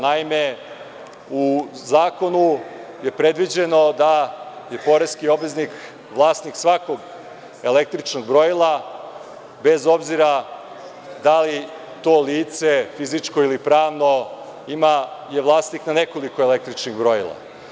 Naime, u zakonu je predviđeno da je poreski obveznik vlasnik svakog električnog brojila bez obzira da li je to lice fizičko ili pravno je vlasnik nekoliko električnih brojila.